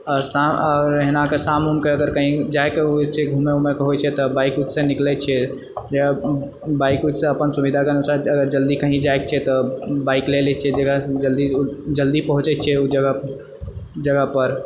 आओर अहिना कऽ शाम उम कऽ अगर कही जाए कऽ होइ छै घुमै उमै कऽ होइ छै तऽ बाइक उकसँ निकलै छिऐ बाइक उइकसँ अपन सुविधाके अनुसार अगर जल्दी कही जाए कऽ छै तऽ बाइक लए लै छिऐ जेकरासँ जल्दी जल्दी पहुँचै छिऐ ओहि जगह जगह पर